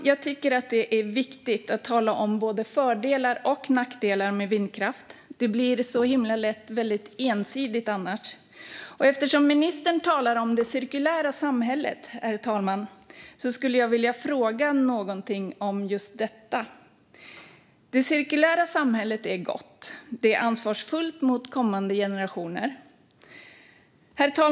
Jag tycker att det är viktigt att tala om både fördelar och nackdelar med vindkraft. Det blir lätt väldigt ensidigt annars. Och eftersom ministern talar om det cirkulära samhället skulle jag vilja fråga någonting om just detta. Det cirkulära samhället är gott. Det är ansvarsfullt mot kommande generationer.